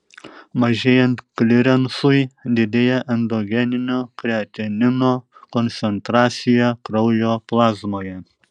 mažėjant klirensui didėja endogeninio kreatinino koncentracija kraujo plazmoje